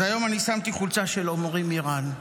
אז היום שמתי חולצה של עמרי מירן.